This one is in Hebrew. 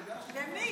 למי?